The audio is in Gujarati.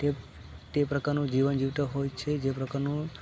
તે તે પ્રકારનું જીવન જીવતા હોય છે જે પ્રકારનું